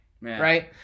right